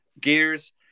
gears